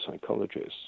psychologists